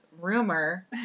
rumor